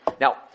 Now